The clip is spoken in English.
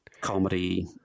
comedy